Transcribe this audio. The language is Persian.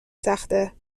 سخته